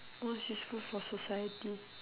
what's useful for society